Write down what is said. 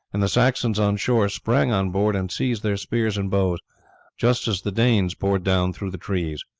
and the saxons on shore sprang on board and seized their spears and bows just as the danes poured down through the trees.